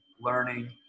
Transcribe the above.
learning